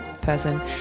person